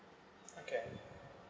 okay